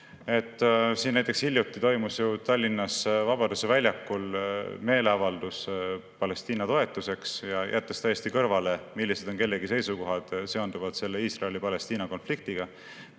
mitte. Näiteks hiljuti toimus Tallinnas Vabaduse väljakul meeleavaldus Palestiina toetuseks. Jätame täiesti kõrvale, millised on kellegi seisukohad selle Iisraeli ja Palestiina konfliktiga